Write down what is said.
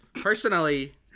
personally